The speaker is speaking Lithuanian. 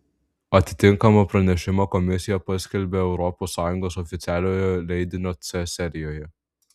atitinkamą pranešimą komisija paskelbia europos sąjungos oficialiojo leidinio c serijoje